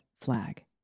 flag